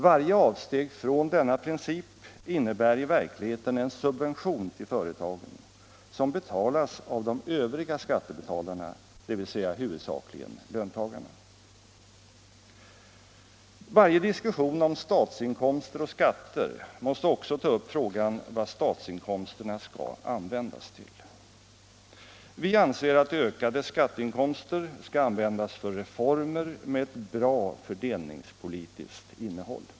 Varje avsteg från denna princip innebär i verkligheten en subvention till företagen, som betalas av de övriga skattebetalarna, dvs. huvudsakligen löntagarna. Varje diskussion om statsinkomster och skatter måste också ta upp frågan vad statsinkomsterna skall användas till. Vi anser att ökade skatteinkomster skall användas för reformer med ett bra fördelningspolitiskt innehåll.